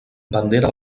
bandera